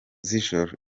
z’ijoro